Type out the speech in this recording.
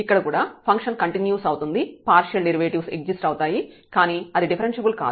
ఇక్కడ కూడా function continuous అవుతుంది పార్షియల్ డెరివేటివ్స్ ఎగ్జిస్ట్ అవుతాయి కానీ అది డిఫరెన్ష్యబుల్ కాదు